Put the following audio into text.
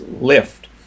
lift